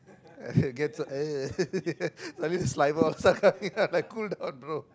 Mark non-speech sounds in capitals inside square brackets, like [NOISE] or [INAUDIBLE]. [LAUGHS] I get !ee! suddenly saliva all this one coming [LAUGHS] I'm like cool down bro